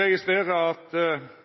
registrerer at